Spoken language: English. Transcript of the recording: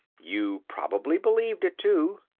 you probably believed it, too.